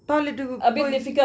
toilet கு பொய்:ku poi